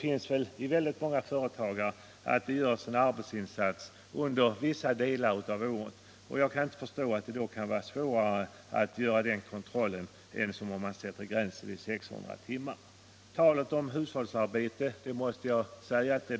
I väldigt många företag görs en arbetsinsats under vissa delar av året, och då blir kontrollmöjligheterna desamma. Jag beklagar att man i resonemanget drar in talet om hushållsarbete.